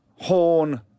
Horn